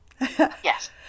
Yes